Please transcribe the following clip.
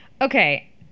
Okay